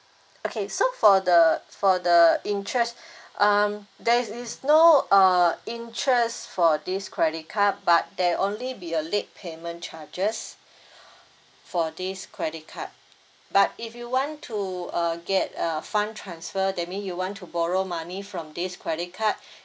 okay so for the for the interest um there is no uh interest for this credit card but there only be a late payment charges for this credit card but if you want to uh get a fund transfer that mean you want to borrow money from this credit card